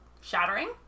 shattering